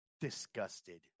disgusted